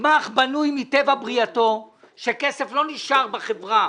גמ"ח בנוי מטבע בריאתו על כך שכסף לא נשאר בחברה